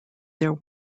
their